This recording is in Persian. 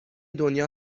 دنیا